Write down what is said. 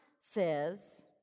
says